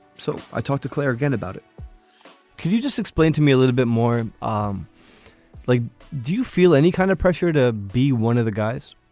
so i talked to claire again about it could you just explain to me a little bit more? um like do you feel any kind of pressure to be one of the guys?